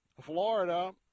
Florida